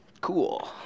cool